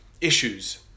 issues